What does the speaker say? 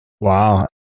Wow